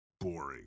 boring